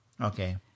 Okay